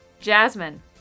Jasmine